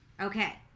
Okay